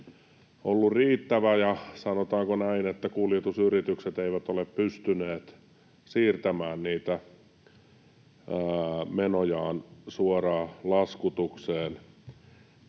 ollut riittävä, ja sanotaanko näin, että kuljetusyritykset eivät ole pystyneet siirtämään niitä menojaan suoraan laskutukseen